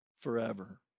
forever